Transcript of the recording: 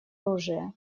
оружия